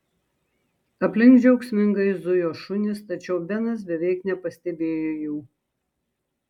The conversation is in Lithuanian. aplink džiaugsmingai zujo šunys tačiau benas beveik nepastebėjo jų